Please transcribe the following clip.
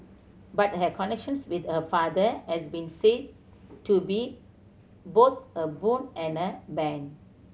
but her connections with her father has been said to be both a boon and a bane